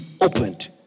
opened